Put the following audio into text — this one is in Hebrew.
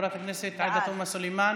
חברת הכנסת עאידה תומא סלימאן,